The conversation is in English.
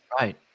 Right